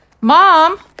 Mom